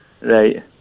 Right